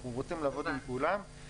אנחנו רוצים לעבוד עם כולם,